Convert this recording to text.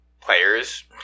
players